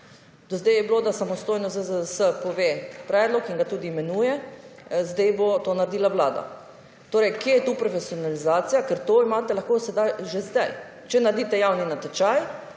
Do sedaj je bilo, da samostojno ZZZS pove predlog in ga tudi imenuje, sedaj bo to naredila vlada. Torej, kje je tu profesionalizacija, ker to imate lahko že sedaj. Če naredite javni natečaj,